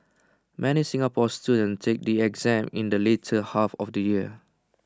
many Singapore students take the exam in the later half of the year